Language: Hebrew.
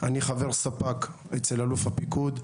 אני חבר ספק אצל אלוף הפיקוד,